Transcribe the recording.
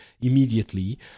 immediately